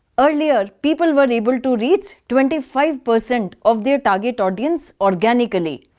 earlier people were able to reach twenty five percent of their target audience organically.